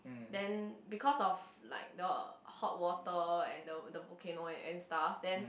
then because of like the hot water and the the volcano and ant stuff then